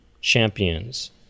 Champions